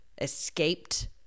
escaped